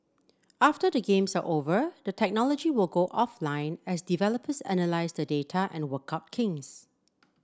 after the games are over the technology will go offline as developers analyse the data and work out kinks